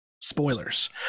spoilers